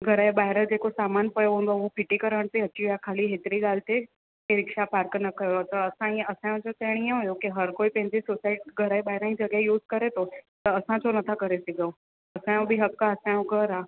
घर जे ॿाहिरां जेको सामानु पियो हूंदो आहे उहो फिटी करण ते अची विया ख़ाली हेतिरी ॻाल्हि ते की रिक्शा पार्क न कयो त असां इअं असांजो त चइण इअं हुयो की हर कोई पंहिंजी सोसाइ घर जे ॿाहिरां जी जॻह यूज़ करे थो त असां छो न था करे सघूं असांजो बि हक़ आहे असांजो घर आहे